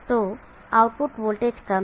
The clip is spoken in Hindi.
तो आउटपुट वोल्टेज कम है